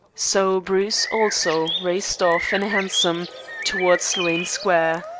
so bruce also raced off in a hansom towards sloane square.